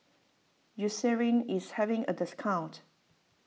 Eucerin is having a discount